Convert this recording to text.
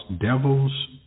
devils